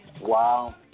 Wow